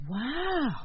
Wow